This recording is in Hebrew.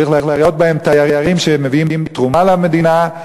צריך לראות בהם תיירים שמביאים תרומה למדינה.